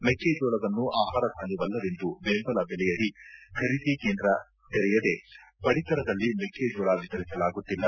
ಮಕ್ಕಜೋಳವನ್ನು ಆಹಾರಧಾನ್ಯವಲ್ಲವೆಂದು ಬೆಂಬಲ ಬೆಲೆಯಡಿ ಖರೀದಿ ಕೇಂದ್ರ ತೆರೆಯದೆ ಪಡಿತರದಲ್ಲಿ ಮಕ್ಕೇಜೋಳ ವಿತರಿಸಲಾಗುತ್ತಿಲ್ಲ